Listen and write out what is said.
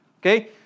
Okay